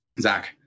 Zach